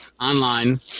online